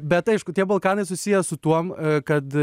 bet aišku tie balkanai susiję su tuom kad